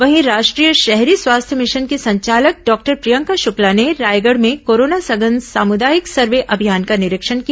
वहीं राष्ट्रीय शहरी स्वास्थ्य मिशन की संचालक डॉक्टर प्रियंका शुक्ला ने रायगढ़ में कोरोना सघन सामुदायिक सर्वे अभियान का निरीक्षण किया